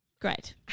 Great